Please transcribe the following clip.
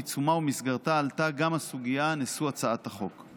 בעיצומה ובמסגרתה עלתה גם הסוגיה שבהצעת החוק.